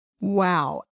Wow